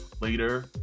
later